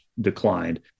declined